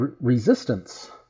resistance